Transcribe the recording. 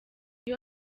iyo